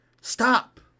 stop